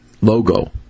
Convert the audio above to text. logo